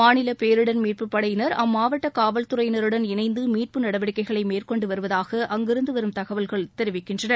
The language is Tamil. மாநில பேரிடர் மீட்புப் படையினர் அம்மாவட்ட காவல்துறையினருடன் இணைந்து மீட்பு நடவடிக்கைகளை மேற்கொண்டு வருவதாக அங்கிருந்து வரும் தகவல்கள் தெரிவிக்கின்றன